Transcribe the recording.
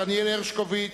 אני, דניאל הרשקוביץ,